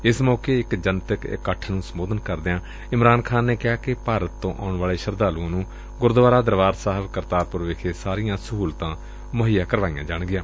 ਏਸ ਮੌਕੇ ਇਕ ਜਨਤਕ ਇਕੱਠ ਨੂੰ ਸੰਬੋਧਨ ਕਰਦਿਆਂ ਇਮਰਾਨ ਖ਼ਾਨ ਨੇ ਕਿਹਾ ਕਿ ਭਾਰਤ ਤੋਂ ਆਉਣ ਵਾਲੇ ਸ਼ਰਧਾਲੁਆਂ ਨੂੰ ਗੁਰਦੁਆਰਾ ਦਰਬਾਰ ਸਾਹਿਬ ਕਰਤਾਰਪੁਰ ਵਿਖੇ ਸਾਰੀਆਂ ਸਹੁਲਤਾਂ ਦਿੱਤੀਆਂ ਜਾਣਗੀਆਂ